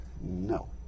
No